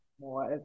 more